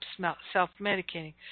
self-medicating